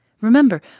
Remember